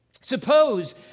Suppose